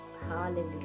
Hallelujah